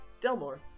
Delmore